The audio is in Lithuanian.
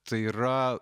tai yra